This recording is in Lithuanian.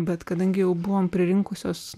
bet kadangi jau buvom pririnkusios